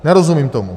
Nerozumím tomu.